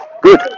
good